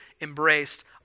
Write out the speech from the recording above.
embraced